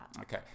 okay